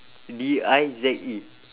D I Z E